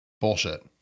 Bullshit